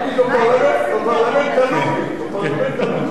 בפרלמנט הלובי, בפרלמנט הלובי.